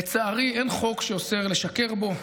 לצערי אין חוק שאוסר לשקר בו,